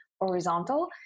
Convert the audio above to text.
horizontal